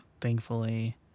thankfully